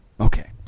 Okay